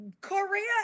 Korea